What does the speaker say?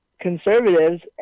conservatives